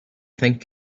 think